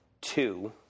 two